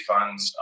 Funds